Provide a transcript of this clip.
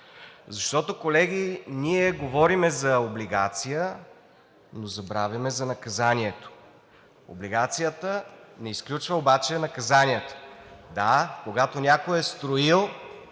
кодекс. Колеги, ние говорим за облигация, но забравяме за наказание. Облигацията не изключва обаче наказанието. Да, когато някой е строил,